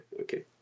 Okay